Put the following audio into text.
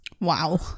wow